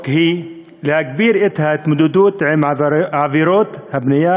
היא להגביר את ההתמודדות עם עבירות הבנייה